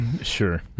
Sure